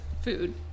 food